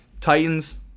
Titans